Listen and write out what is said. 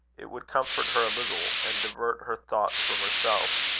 it would comfort her a little, and divert her thoughts from herself,